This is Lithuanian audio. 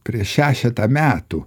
prieš šešetą metų